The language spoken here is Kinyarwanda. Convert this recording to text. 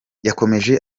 yakomeje